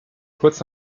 kurz